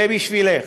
זה בשבילך,